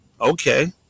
Okay